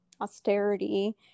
austerity